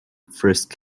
frisk